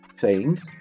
sayings